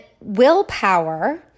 willpower